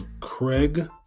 Craig